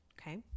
okay